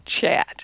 chat